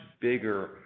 bigger